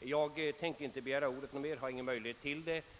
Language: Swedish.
Jag ämnar inte begära ordet någon mer gång och har heller ingen möjlighet till det.